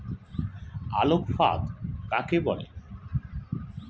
আলোক ফাঁদ কাকে বলে?